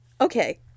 okay